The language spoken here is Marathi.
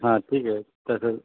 हां ठीक आहे तसं